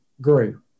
grew